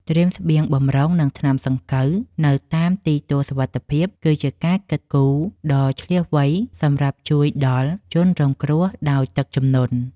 ត្រៀមស្បៀងបម្រុងនិងថ្នាំសង្កូវនៅតាមទីទួលសុវត្ថិភាពគឺជាការគិតគូរដ៏ឈ្លាសវៃសម្រាប់ជួយដល់ជនរងគ្រោះដោយទឹកជំនន់។